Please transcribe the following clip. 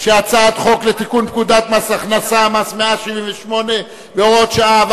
חוק לתיקון פקודת מס הכנסה (מס' 178 והוראת שעה),